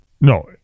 No